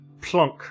plunk